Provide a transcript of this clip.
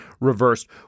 reversed